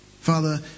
Father